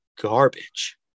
garbage